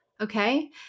okay